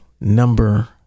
Number